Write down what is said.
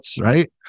right